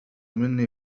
مني